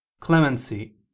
clemency